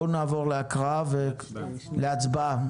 נעבור להצבעה.